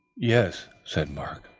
yes, said mark